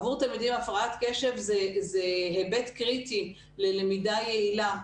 עבור תלמידים עם הפרעת קשב זה היבט קריטי ללמידה יעילה,